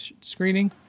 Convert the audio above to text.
screening